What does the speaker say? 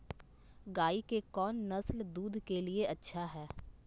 गाय के कौन नसल दूध के लिए अच्छा है?